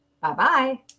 Bye-bye